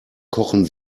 kochen